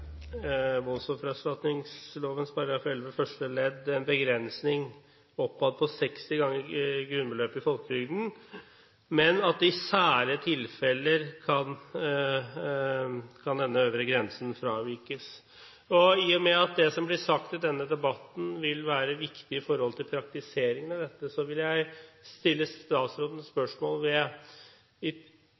første ledd en begrensning oppad på 60 ganger grunnbeløpet i folketrygden, men at denne øvre grensen i særlige tilfeller kan fravikes. I og med at det som blir sagt i denne debatten, vil være viktig for praktiseringen av dette, vil jeg stille statsråden